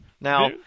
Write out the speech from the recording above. Now